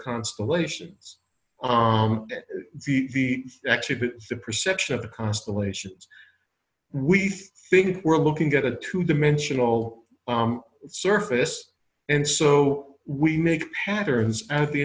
constellations the actually the perception of the constellations we think we're looking at a two dimensional surface and so we make patterns